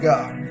God